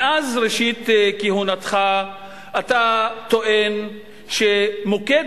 מאז ראשית כהונתך אתה טוען שמוקד